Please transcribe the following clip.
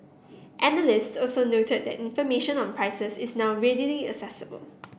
analyst also noted that information on prices is now readily accessible